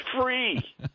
free